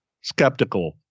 skeptical